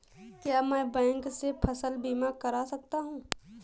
क्या मैं बैंक से फसल बीमा करा सकता हूँ?